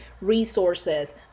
resources